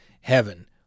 heaven